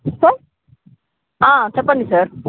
sir చెప్పండి sir